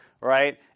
right